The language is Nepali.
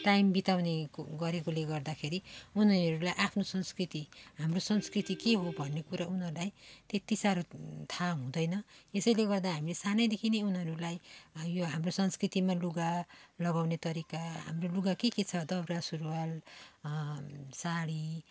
टाइम बिताउने गरेकोले गर्दाखेरि उनीहरूलाई आफ्नो संस्कृति हाम्रो संस्कृति के हो भन्ने कुरा उनीहरूलाई त्यति साह्रो थाहा हुँदैन यसैले गर्दा हामी सानैदेखि नै उनीहरूलाई यो हाम्रो संस्कृतिमा लुगा लगाउने तरिका हाम्रो लुगा के के छ दौरा सुरुवाल साडी